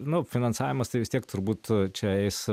nu finansavimas tai vis tiek turbūt čia eis